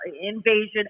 invasion